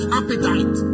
appetite